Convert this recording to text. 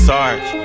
Sarge